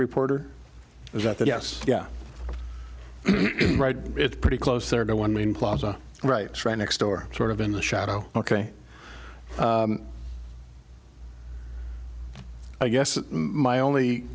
reporter is that the yes yeah right it's pretty close there to one main plaza rights right next door sort of in the shadow ok i guess my only